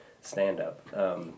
stand-up